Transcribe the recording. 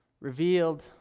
revealed